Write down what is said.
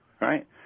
right